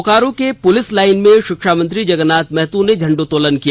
बोकारो के police line में शिक्षामंत्री जगन्नाथ महतो ने झंडोत्तोलन किया